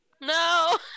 No